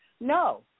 No